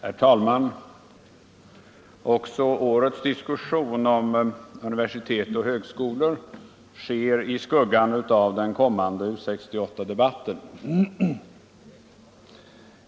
Herr talman! Också årets diskussion om universitet och högskolor sker i skuggan av den kommande U 68-debatten.